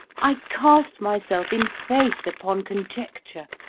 i cast myself in faith upon conjecture,